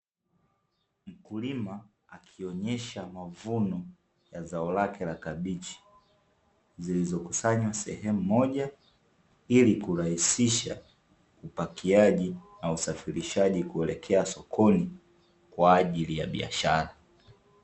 Mkulima akionyesha mavuno ya zao lake la kabichi, zilizokusanywa sehemu moja, ili kurahisisha upakiaji na usafirishaji kuelekea sokoni kwa ajili ya biashara.